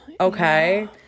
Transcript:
Okay